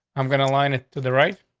i'm gonna line it to the right.